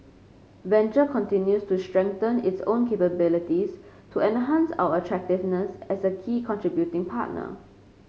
venture continues to strengthen its own capabilities to enhance our attractiveness as a key contributing partner